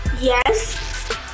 Yes